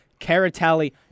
Caratelli